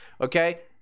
okay